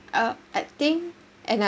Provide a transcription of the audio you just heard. uh I think another